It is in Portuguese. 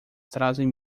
trazem